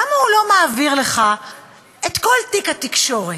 למה הוא לא מעביר לך את כל תיק התקשורת?